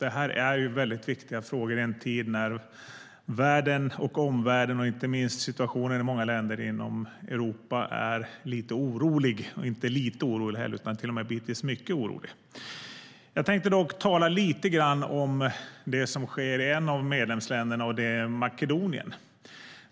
Detta är ju viktiga frågor i en tid när världen och omvärlden - och inte minst situationen i många länder i Europa - är lite orolig och bitvis till och med mycket orolig. Jag tänkte tala lite grann om det som sker i ett av medlemsländerna, Makedonien.